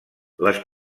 les